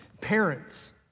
Parents